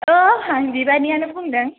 औ आं बिबारियानो बुंदों